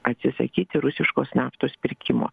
atsisakyti rusiškos naftos pirkimo